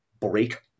break